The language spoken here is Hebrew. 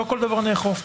לא כל דבר נאכוף,